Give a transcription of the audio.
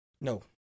No